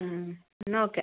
മ് എന്നാൽ ഓക്കെ